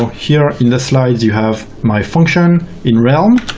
here in the slides you have my function in realm,